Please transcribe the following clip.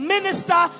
Minister